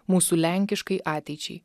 mūsų lenkiškai ateičiai